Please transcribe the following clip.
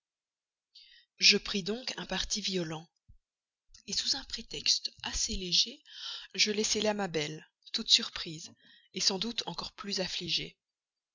je pris donc un parti violent sous un prétexte assez léger je laissai là ma belle toute surprise sans doute encore plus affligée